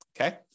okay